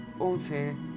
unfair